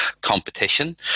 competition